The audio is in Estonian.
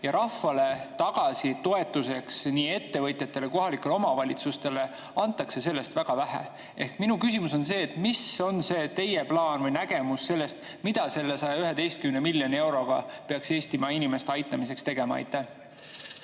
aga rahvale tagasi toetuseks, nii ettevõtjatele kui ka kohalikele omavalitsustele antakse sellest väga vähe. Minu küsimus on see: mis on teie plaan või nägemus, mida selle 111 miljoni euroga peaks Eestimaa inimeste aitamiseks tegema? Aitäh,